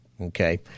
okay